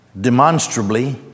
demonstrably